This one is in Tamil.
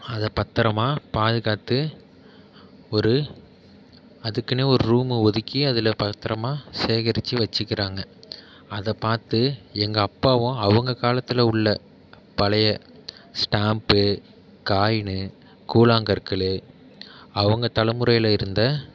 அதை பத்திரமா பாதுகாத்து ஒரு அதுக்குனே ஒரு ரூமை ஒதுக்கி அதில் பத்திரமா சேகரித்து வச்சுக்கிறாங்க அதை பார்த்து எங்கள் அப்பாவும் அவங்க காலத்தில் உள்ளே பழைய ஸ்டாம்ப்பு காயினு கூழாங்கற்கள் அவங்க தலமுறையில் இருந்த